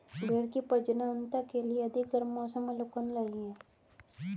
भेंड़ की प्रजननता के लिए अधिक गर्म मौसम अनुकूल नहीं है